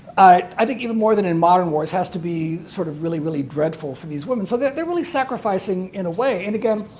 i think even more than in modern wars, has to be sort of really really dreadful for these women. so they're they're really sacrificing in a way. and again,